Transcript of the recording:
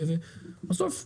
בסוף כמשרד,